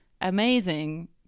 amazing